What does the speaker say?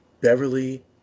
Beverly